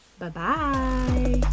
bye-bye